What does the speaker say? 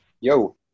Yo